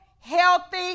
healthy